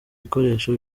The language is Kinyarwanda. bikoresho